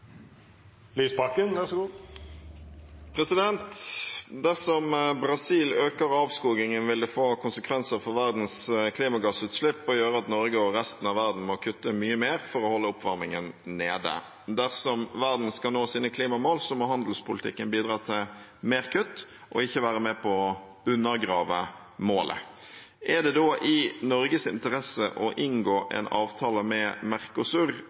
gjøre at Norge og resten av verden må kutte mye mer for å holde oppvarmingen nede. Dersom verden skal nå sine klimamål, så må handelspolitikken bidra til mer kutt, og ikke være med på å undergrave målet. Er det da i Norges interesse å inngå en avtale med